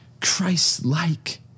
Christ-like